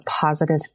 positive